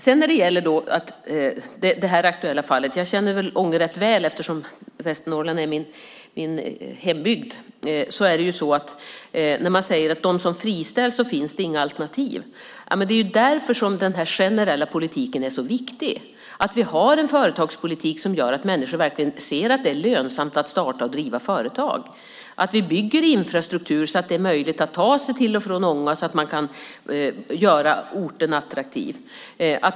Sedan kommer jag till det aktuella fallet. Jag känner Ånge rätt väl eftersom Västernorrland är min hembygd. Man säger att för dem som friställs finns det inga alternativ. Men det är ju därför som den här generella politiken är så viktig. Vi har en företagspolitik som gör att människor verkligen ser att det är lönsamt att starta och driva företag. Vi bygger infrastruktur så att det är möjligt att ta sig till och från Ånge, och på så sätt kan man göra orten attraktiv.